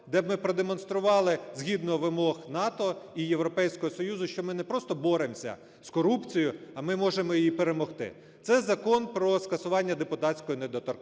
де б ми продемонстрували згідно вимог НАТО і Європейського Союзу, що ми не просто боремся з корупцією, а ми можемо її перемогти. Це Закон про скасування депутатської недоторканості,